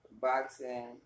Boxing